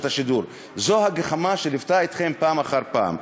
זו הגחמה שליוותה אתכם פעם אחר פעם.